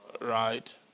Right